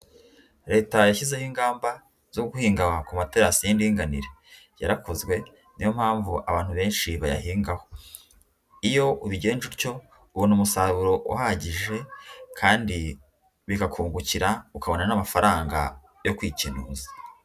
Leta yashyizeho ingamba zo guhinga wa ku matarasi y'indinganire, yarakozwe, niyo mpamvu abantu benshi bayahingaho. Iyo ubigenje utyo, ubona umusaruro uhagije kandi bikakungukira, ukabona n'amafaranga yo kwikenuza.